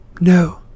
No